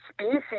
species